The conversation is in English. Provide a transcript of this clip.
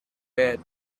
bed